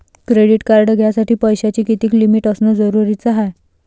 Credit card घ्यासाठी पैशाची कितीक लिमिट असनं जरुरीच हाय?